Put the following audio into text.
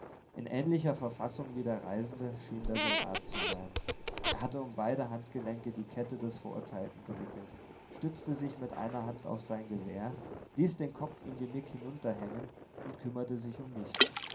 in ähnlicher verfassung wie der reisende schien der soldat zu sein er hatte um beide handgelenke die kette des verurteilten gewickelt stützte sich mit einer hand auf sein gewehr ließ den kopf im genick hinunterhängen und kümmerte sich um nichts